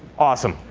awesome.